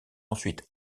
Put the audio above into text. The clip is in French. ensuite